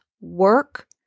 work